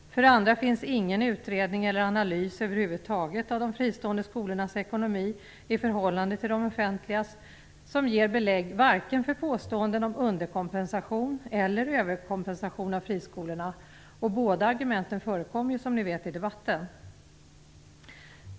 För det andra finns huvud taget inte någon utredning eller analys, när det gäller de fristående skolornas ekonomi i förhållande till de offentligas, som ger belägg för vare sig underkompensation eller överkompensation av friskolorna. Båda argumenten förekommer ju i debatten, som ni vet.